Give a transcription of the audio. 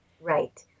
Right